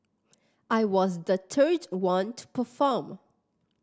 I was the third one to perform